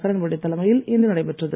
கிரண் பேடி தலைமையில் இன்று நடைபெற்றது